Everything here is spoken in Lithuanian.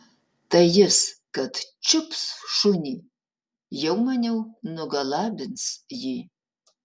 tai jis kad čiups šunį jau maniau nugalabins jį